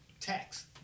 tax